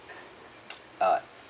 uh